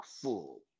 full